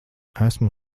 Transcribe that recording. esmu